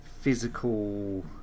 Physical